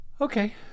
Okay